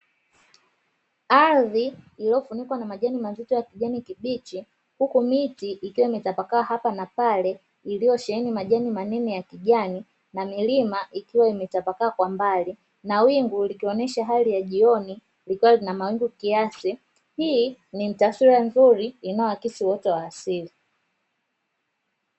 Ardhi iliyofunikwa na majani mazito ya kijani kibichi huku miti ikiwa imetapakaa hapa na pale, iliyosheheni majani manene ya kijani na milima ikiwa imetapakaa kwa mbali na wingu likionyesha hali ya jioni likawa lina mawingu kiasi, hii ni taswira nzuri inayoakisi uoto wa asili.